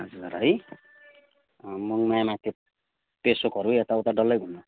पाँच हजार है मङमायामा त्यो पेसोकहरू यताउता डल्लै घुम्नु